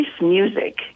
music